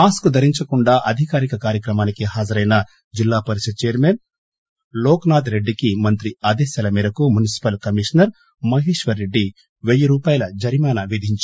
mask ధరించకుండా అధికారిక కార్యక్రమానికి హజరైన Zilla Parishad chairman R Loknath రెడ్డికి మంత్రి ఆదేశాల మేరకు మున్సిపల్ కమిషనర్ మహేశ్వర్ రెడ్లి వెయ్యి రూపాయల జరిమానా విధించారు